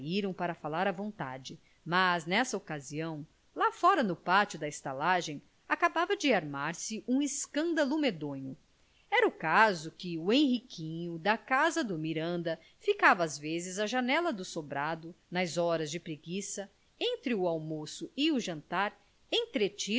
para falar à vontade mas nessa ocasião lá fora no pátio da estalagem acabava de armar se um escândalo medonho era o caso que o henriquinho da casa do miranda ficava às vezes à janela do sobrado nas horas de preguiça entre o almoço e o jantar entretido